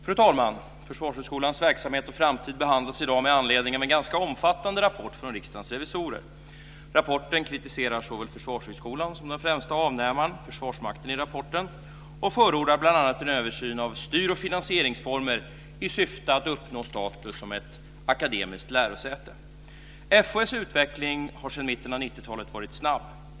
Fru talman! Försvarshögskolans verksamhet och framtid behandlas i dag med anledning av en ganska omfattande rapport från Riksdagens revisorer. Rapporten kritiserar såväl Försvarshögskolan som den främsta avnämaren, Försvarsmakten, i rapporten och förordar bl.a. en översyn av styr och finansieringsformer i syfte att uppnå status som ett akademiskt lärosäte. Försvarshögskolans utveckling har sedan mitten av 90-talet varit snabb.